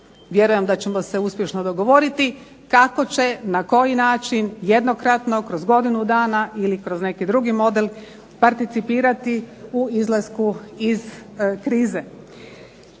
vjerujem da ćemo se uspješno dogovoriti kako će, na koji način, jednokratno kroz godinu dana ili kroz neki drugi model participirati u izlasku iz krize.